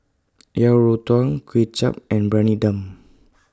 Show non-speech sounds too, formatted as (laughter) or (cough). (noise) Yang Rou Tang Kway Chap and Briyani Dum